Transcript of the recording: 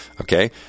Okay